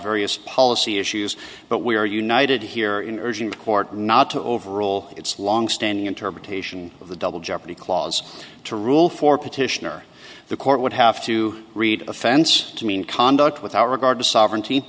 various policy issues but we are united here in urging the court not to overrule its longstanding interpretation of the double jeopardy clause to rule for petitioner the court would have to read offense to mean conduct without regard to sovereignty